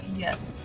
yes.